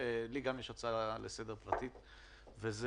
גם לי יש הצעה לסדר פרטית בנושא